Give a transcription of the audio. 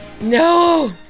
No